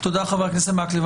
תודה, חבר הכנסת מקלב.